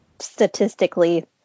statistically